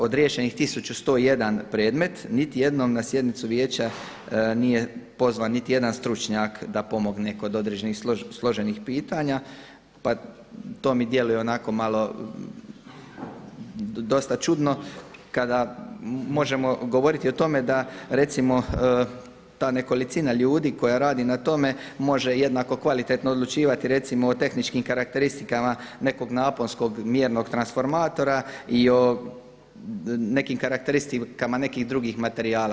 Od riješenih tisuću 101 predmet, niti jednom na sjednicu Vijeća nije pozvan niti jedan stručnjak da pomogne kod određenih služenih pitanja, pa to mi djeluje onako malo dosta čudno kada možemo govoriti o tome da recimo ta nekolicina ljudi koja radi na tome može jednako kvalitetno odlučivati recimo o tehničkim karakteristikama nekog naponskog mjernog transformatora i o nekim karakteristikama nekih drugih materijala.